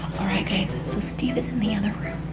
all right guys, so steve is in the other room.